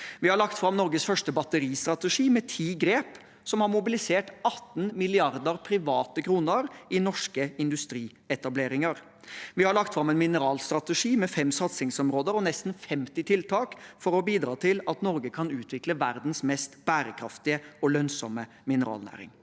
Vi har lagt fram Norges første batteristrategi, med ti grep som har mobilisert 18 mrd. private kroner i norske industrietableringer. Vi har lagt fram en mineralstrategi, med fem satsingsområder og nesten 50 tiltak for å bidra til at Norge kan utvikle verdens mest bærekraftige og lønnsomme mineralnæring.